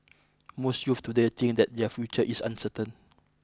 most youths today think that their future is uncertain